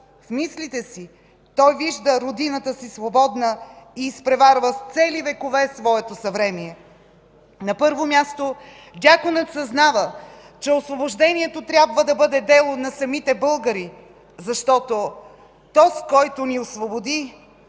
в мислите си той вижда родината си свободна и изпреварва с цели векове своето съвремие. На първо място, Дякона съзнава, че освобождението трябва да бъде дело на самите българи, защото „Тоз, който ни освободи,